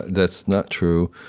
that's not true.